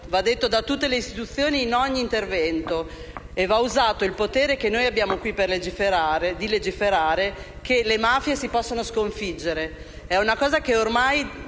va detto da tutte le istituzioni e in ogni intervento. Va usato il potere che abbiamo di legiferare per dire che le mafie si possono sconfiggere.